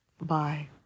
Bye